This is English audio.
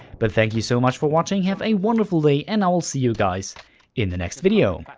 but thank you so much for watching, have a wonderful day, and i'll see you guys in the next video.